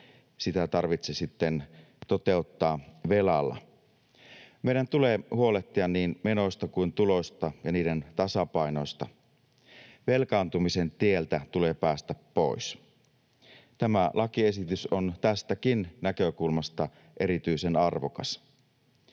sitä tarvitse sitten toteuttaa velalla. Meidän tulee huolehtia niin menoista kuin tuloista ja niiden tasapainosta. Velkaantumisen tieltä tulee päästä pois. Tämä lakiesitys on tästäkin näkökulmasta erityisen arvokas.